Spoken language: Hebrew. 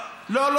לא בכם, בממשלה.